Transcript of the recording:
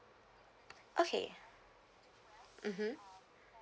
okay mmhmm